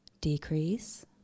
decrease